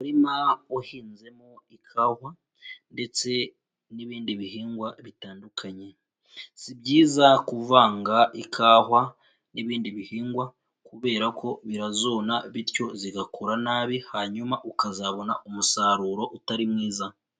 Umurima uhinzemo ikawa ndetse n'ibindi bihingwa bitandukanye. Si byiza kuvanga ikawa n'ibindi bihingwa kubera ko birazona bityo zigakura nabi, hanyuma ukazabona umusaruro utari mwiza.